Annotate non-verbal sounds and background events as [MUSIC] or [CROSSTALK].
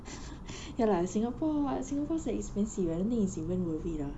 [LAUGHS] ya lah singapore what singapore so expensive ah I don't think it's even worth it ah